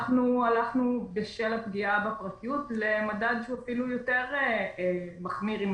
אנחנו בשל הפגיעה בפרטיות למדד שהוא אפילו יותר מחמיר עם